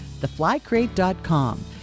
theflycrate.com